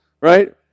right